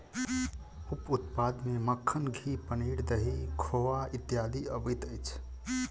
उप उत्पाद मे मक्खन, घी, पनीर, दही, खोआ इत्यादि अबैत अछि